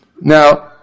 Now